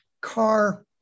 car